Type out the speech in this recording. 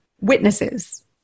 witnesses